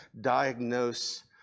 diagnose